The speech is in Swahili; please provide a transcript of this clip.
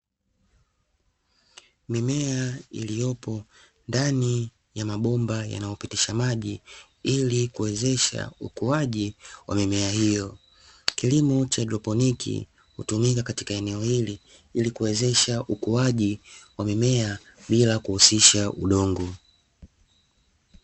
Mimea iliyopo ndani ya mabomba yanayopitisha maji, ili kuwezesha ukuaji wa mimea hiyo. Kilimo cha haidroponiki hutumika katika eneo hili, ili kuwezesha ukuaji wa mimea bila kuhusisha udongo.